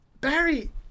Barry